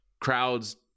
crowds